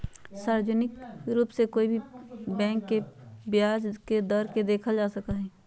सार्वजनिक रूप से कोई भी बैंक के ब्याज दर के देखल जा सका हई